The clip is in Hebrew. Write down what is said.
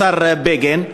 השר בגין,